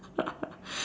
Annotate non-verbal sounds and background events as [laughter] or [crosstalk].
[laughs]